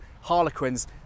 Harlequins